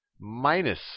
minus